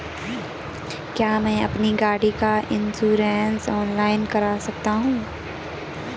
क्या मैं अपनी गाड़ी का इन्श्योरेंस ऑनलाइन कर सकता हूँ?